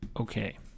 Okay